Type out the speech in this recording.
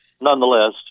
nonetheless